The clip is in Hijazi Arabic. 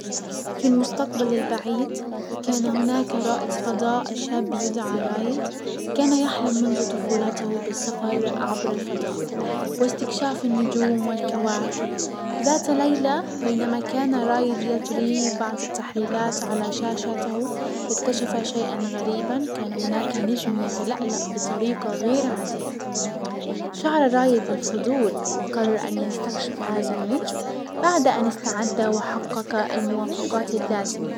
في المستقبل البعيد كان هناك رائد فضاء شاب يدعى رايد، كان يحلم منذ طفولته بالسفر عبر الفضاء، واستكشاف النجوم والكواكب. ذات ليلة بينما كان رايد يجري بعض التحليلات على شاشاته اكتشف شيئا غريبا، كان هناك نجم يتلألأ بطريقة غير عادية. شعر الرايد بالفضول وقرر ان يستكشف هزا النجم بعد ان استعد وحقق الموافقات اللازمة.